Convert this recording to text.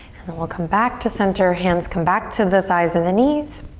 and then we'll come back to center, hands come back to the thighs and the knees.